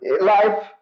life